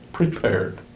Prepared